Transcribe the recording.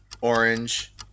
orange